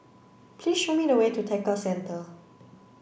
please show me the way to Tekka Centre